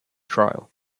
trial